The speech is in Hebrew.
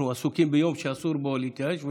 אנחנו עסוקים ביום שאסור בו להתייאש,